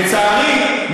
לצערי,